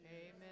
Amen